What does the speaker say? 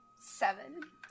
Seven